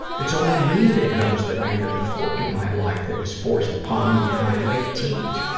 it's only me that knows the random fork in my life that was forced upon me in my late teens.